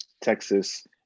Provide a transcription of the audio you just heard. Texas